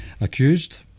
accused